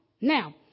Now